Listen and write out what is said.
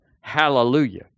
hallelujah